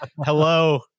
hello